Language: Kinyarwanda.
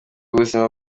ubuzima